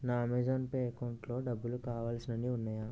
నా Amazon Pay అకౌంటులో డబ్బులు కావలసినన్ని ఉన్నాయా